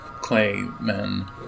claymen